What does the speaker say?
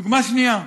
דוגמה שנייה: